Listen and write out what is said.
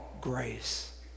grace